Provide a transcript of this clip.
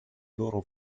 loro